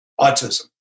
autism